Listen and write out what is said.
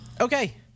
Okay